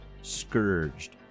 scourged